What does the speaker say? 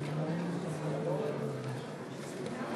חברי הכנסת, תוצאות